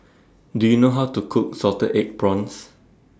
Do YOU know How to Cook Salted Egg Prawns